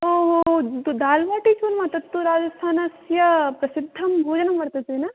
ओ हो तु दाल्बाटिचूर्मा तत्तु राजस्थानस्य प्रसिद्धं भोजनं वर्तते न